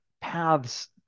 paths